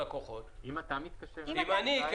לקוחות --- אם אתה מתקשר אז אין בעיה.